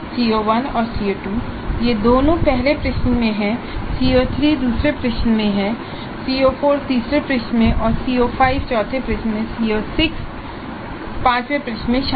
CO1 और CO2 ये दोनों पहले प्रश्न में CO3 दूसरे प्रश्न में CO4 तीसरे प्रश्न में CO5 चौथे प्रश्न में CO6 पांचवें प्रश्न में शामिल है